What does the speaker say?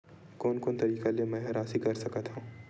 कोन कोन तरीका ले मै ह राशि कर सकथव?